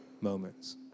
moments